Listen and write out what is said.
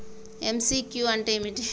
MCQ అంటే ఏమిటి?